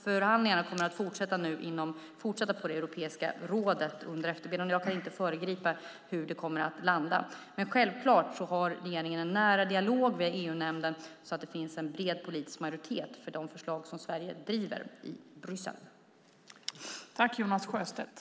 Förhandlingarna kommer att fortsätta på Europeiska rådet under eftermiddagen. Jag kan inte föregripa var man kommer att landa. Regeringen har självklart en nära dialog med EU-nämnden så att det finns bred politisk majoritet för de förslag som Sverige driver i Bryssel.